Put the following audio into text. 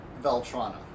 Veltrana